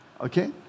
okay